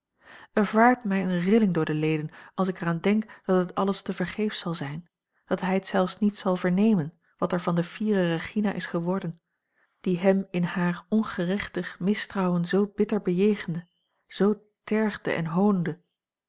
er vaart mij eene rilling door de leden als ik er aan denk dat het alles tevergeefs zal zijn dat hij het zelfs niet zal vernemen wat er van de fiere regina is geworden die hem in haar ongerechtig mistrouwen zoo bitter bejegende zoo tergde en hoonde